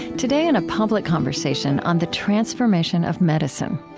today, in a public conversation on the transformation of medicine.